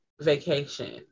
vacation